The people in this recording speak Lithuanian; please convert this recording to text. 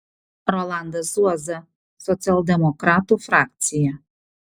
rolandas zuoza socialdemokratų frakcija